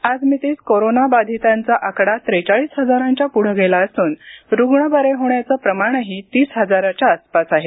आज मितीस कोरोना बाधितांचा आकडा त्रेचाळीस हजारांच्या पुढे गेला असून रुग्ण बरे होणाऱ्यांचे प्रमाणही तीस हजाराच्या आसपास आहे